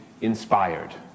inspired